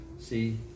See